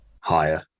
Higher